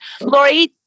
Lori